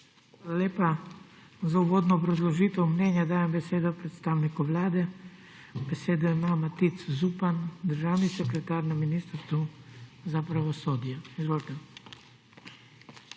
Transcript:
lepa. Za uvodno obrazložitev mnenja dajem besedo predstavniku Vlade. Besedo ima Matic Zupan, državni sekretar na ministrstvu za pravosodje. Izvolite.